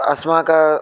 अस्माकम्